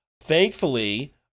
Thankfully